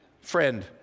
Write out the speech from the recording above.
friend